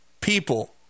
people